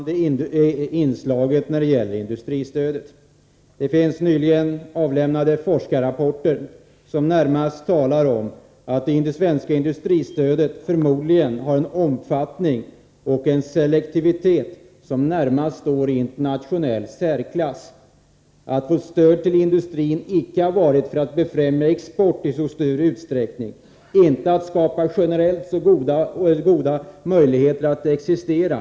Herr talman! Selektiva åtgärder kan aldrig vara det dominerande inslaget i industristödet. Det finns nyligen avlämnade forskarrapporter som talar om att det svenska industristödet förmodligen har en omfattning och en selektivitet som närmast står i internationell särklass. Vårt stöd till industrin har icke varit exportbefrämjande i så stor utsträckning som skulle ha varit Önskvärt eller avsett att skapa generellt goda möjligheter för industrin att existera.